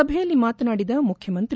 ಸಭೆಯಲ್ಲಿ ಮಾತನಾಡಿದ ಮುಖ್ಯಮಂತ್ರಿ